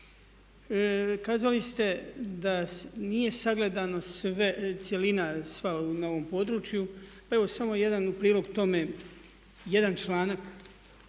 Kazali ste da nije sagledana cjelina sva na ovom području. Pa evo u prilog tome samo jedan članak